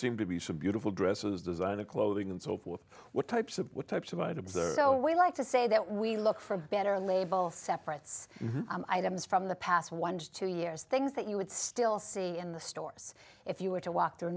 seem to be should beautiful dresses designer clothing and so forth what types of what types of items the so we like to say that we look for better label separates items from the past one to two years things that you would still see in the stores if you were to walk t